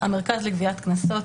המרכז לגביית קנסות,